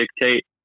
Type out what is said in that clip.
dictate